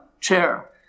chair